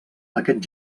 aquest